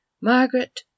Margaret